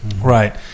right